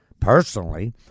Personally